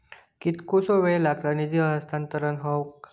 कितकोसो वेळ लागत निधी हस्तांतरण हौक?